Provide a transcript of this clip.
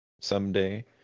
someday